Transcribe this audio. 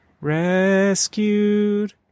Rescued